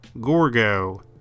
Gorgo